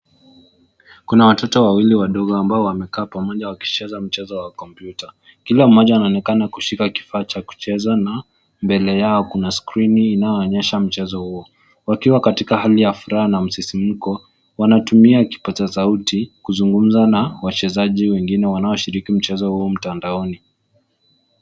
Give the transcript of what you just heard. Kuna watoto wawili wadogo ambao wamekaa pamoja wakicheza mchezo kwa kompyuta .Kila mmoja anaonekana kushika kifaa cha kucheza na mbele yao kuna skrini inayoonyesha mchezo huo. Wakiwa katika hali ya furaha na msisimko wanatumia kipasa sauti kuzugumza na wachezaji wengine wanaoshiriki mchezo huu mtandaoni.